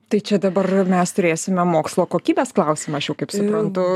tai čia dabar mes turėsime mokslo kokybės klausimą aš jau kaip suprantu